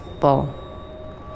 ball